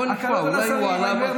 בואי נשמע, אולי הוא עלה, הקלות על השרים.